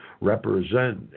represent